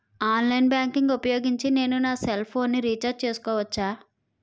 Online banking ఊపోయోగించి నేను నా సెల్ ఫోను ని రీఛార్జ్ చేసుకోవచ్చా?